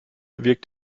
wirkt